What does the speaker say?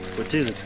what is it?